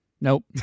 Nope